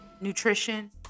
nutrition